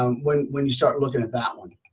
um when when you start looking at that one.